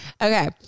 Okay